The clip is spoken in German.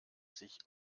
sich